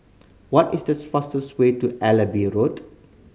what is these fastest way to Allenby Road